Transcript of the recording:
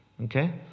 Okay